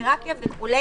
פיזיותרפיה וכולי,